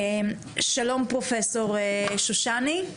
שלום פרופסור שושני.